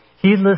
Heedless